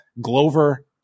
Glover